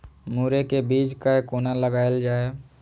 मुरे के बीज कै कोना लगायल जाय?